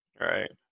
right